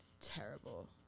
Terrible